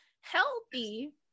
Healthy